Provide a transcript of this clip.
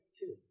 two